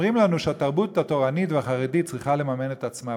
אומרים לנו שהתרבות התורנית והחרדית צריכה לממן את עצמה,